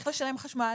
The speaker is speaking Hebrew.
איך לשלם חשמל,